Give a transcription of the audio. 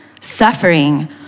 suffering